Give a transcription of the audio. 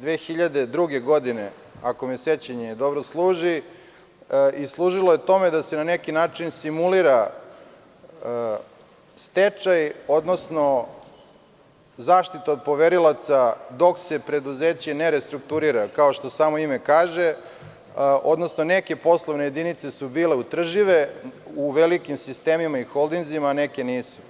2002. godine, ako me sećanje dobro služi, i služilo je tome da se na neki način simulira stečaj, odnosno zaštita od poverilaca dok se preduzeće ne restrukturira, kao što samo ime kaže, odnosno neke poslovne jedinice su bile održive u velikim sistemima i holdinzima, a neke nisu.